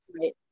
right